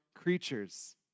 creatures